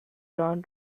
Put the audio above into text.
john